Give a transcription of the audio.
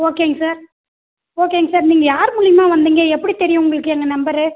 ஓகேங்க சார் ஓகேங்க சார் நீங்கள் யார் மூலிமா வந்திங்க எப்படி தெரியும் உங்களுக்கு எங்கள் நம்பரு